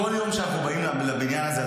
כל יום שאנחנו באים לבניין הזה,